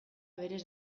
berez